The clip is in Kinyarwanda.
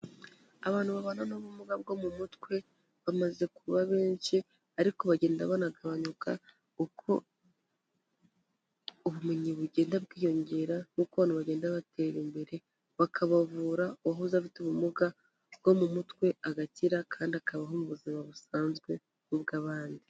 Abantu babana n'ubumuga bwo mu mutwe bamaze kuba benshi ariko bagenda banagabanuka uko ubumenyi bugenda bwiyongera nk'uko bagenda batera imbere bakabavura uwahoze afite ubumuga bwo mu mutwe agakira kandi akabaho mu buzima busanzwe nk'ubw'abandi.